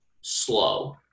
slow